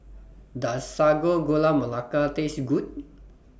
Does Sago Gula Melaka Taste Good